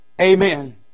Amen